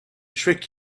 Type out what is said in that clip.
trick